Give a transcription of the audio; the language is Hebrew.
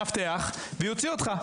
מאבטח, ויוציא אותך.